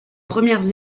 premières